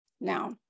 Now